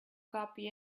copy